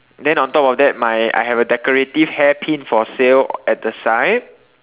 then on of that my I have a decorative hair pin for sale at the side